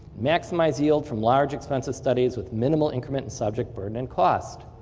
maximize yield from large extensive studies with minimal increment in subject burden and cost.